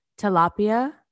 tilapia